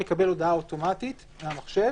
בן אדם מקבל הודעה אוטומטית מהמחשב: